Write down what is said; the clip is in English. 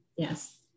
Yes